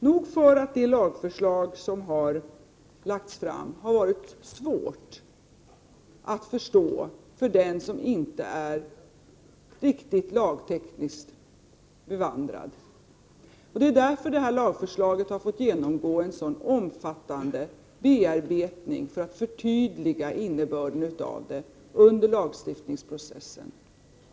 Nog för att det lagförslag som har lagts fram har varit svårt att förstå för den som inte är riktigt lagtekniskt bevandrad, men det är därför det här förslaget har fått genomgå en så omfattande bearbetning under lagstiftningsprocessen.